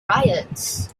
riots